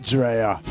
Drea